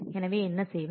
எனவே என்ன செய்வது